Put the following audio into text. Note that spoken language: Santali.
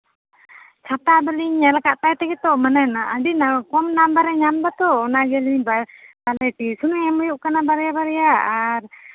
ᱠᱷᱟᱛᱟ ᱫᱚᱞᱤᱧ ᱧᱮᱞ ᱠᱟᱜ ᱛᱟᱭ ᱛᱮᱜᱮ ᱛᱚ ᱢᱟᱱᱮ ᱟᱹᱰᱤ ᱠᱚᱢ ᱱᱟᱢᱵᱟᱨᱮ ᱧᱟᱢ ᱫᱟᱛᱚ ᱚᱱᱟᱜᱮ ᱵᱟᱭ ᱴᱤᱭᱩᱥᱚᱱᱤ ᱮᱢ ᱦᱩᱭᱩᱜ ᱠᱟᱱᱟ ᱵᱟᱨᱭᱟ ᱵᱟᱨᱭᱟ ᱟᱨ